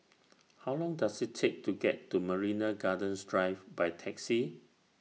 How Long Does IT Take to get to Marina Gardens Drive By Taxi